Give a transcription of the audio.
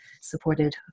supported